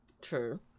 True